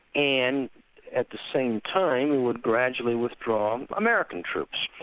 and at the same time we would gradually withdraw american troops.